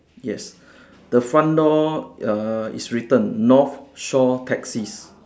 yes the front door err is written north shore taxis